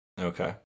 Okay